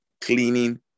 cleaning